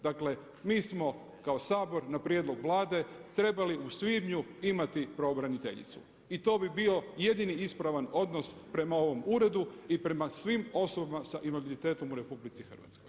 Dakle, mi smo kao Sabor na prijedlog Vlade trebali u svibnju imati pravobraniteljicu i to bi bio jedini ispravan odnos prema ovom Uredu i prema svim osobama s invaliditetom u RH.